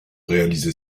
réaliser